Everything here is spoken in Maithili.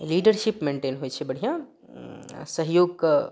लीडरशिप मेन्टेन होइ छै बढिऑं सहयोग कऽ